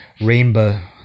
rainbow